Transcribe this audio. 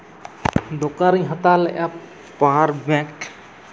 ᱫᱳᱠᱟᱱ ᱨᱤᱧ ᱦᱟᱛᱟᱣ ᱞᱮᱜᱼᱟ ᱯᱟᱣᱟᱨ ᱵᱮᱝᱠ